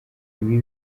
ibi